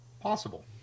possible